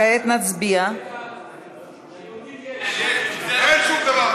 אין שום דבר.